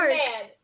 man